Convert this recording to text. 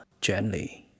gently